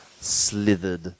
slithered